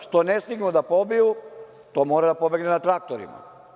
Što ne stignu da pobiju, to mora da pobegne na traktorima.